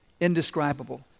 indescribable